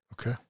Okay